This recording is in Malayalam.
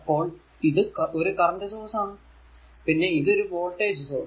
അപ്പോൾ ഇത് ഒരു കറന്റ് സോഴ്സ് ആണ് പിന്നെ ഇത് ഒരു വോൾടേജ് സോഴ്സ്